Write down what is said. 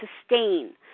sustain